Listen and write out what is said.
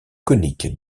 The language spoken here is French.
conique